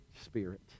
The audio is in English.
Spirit